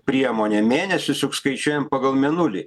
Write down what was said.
priemonė mėnesius juk skaičiuojam pagal mėnulį